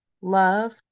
love